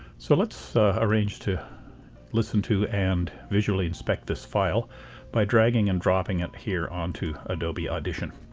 so let's arrange to listen to and visually inspect this file by dragging and dropping it here onto adobe audition.